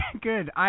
Good